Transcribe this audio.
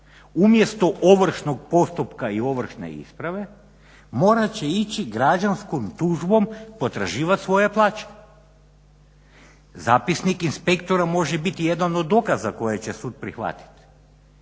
umjesto ovršnog postupka i ovršne isprave morat će ići građanskom tužbom potraživati svoje plaće. Zapisnik inspektora može biti jedan od dokaza koje će sud prihvatiti,